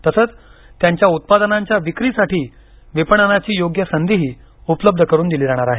तसंच त्यांच्या उत्पादनांच्या विक्रीसाठी विपणानाची योग्य संधी उपलब्ध करून दिली जाणार आहे